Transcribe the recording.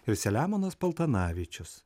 ir selemonas paltanavičius